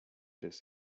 des